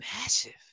massive